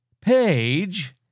page